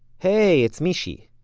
hey, it's mishy.